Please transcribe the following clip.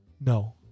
No